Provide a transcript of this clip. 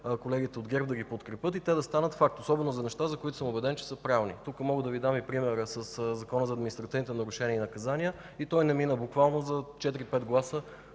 колегите от ГЕРБ да ги подкрепят, и те да станат факт, особено за неща, за които съм убеден, че са правилни. Тук мога да Ви дам и примера със Закона за административните нарушения и наказания. Той не мина буквално за 4-5 гласа